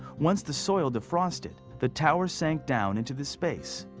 once the soil defrosted, the tower sank down into this space,